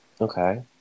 okay